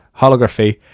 holography